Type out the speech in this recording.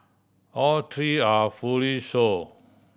all three are fully show